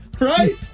Right